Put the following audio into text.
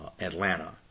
Atlanta